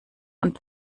und